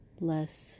less